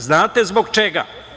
Znate zbog čega?